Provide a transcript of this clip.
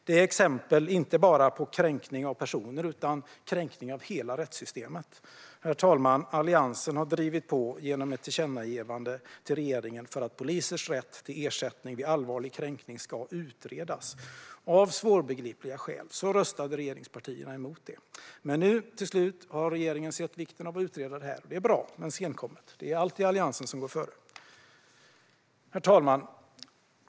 Det är exempel på kränkning inte bara av personer utan av hela rättssystemet. Herr talman! Alliansen har genom ett tillkännagivande till regeringen drivit på för att polisers rätt till ersättning vid allvarlig kränkning ska utredas. Av svårbegripliga skäl röstade regeringspartierna mot det. Men nu, till slut, har regeringen sett vikten av att utreda detta. Det är bra, men senkommet. Det är alltid Alliansen som går före. Herr talman!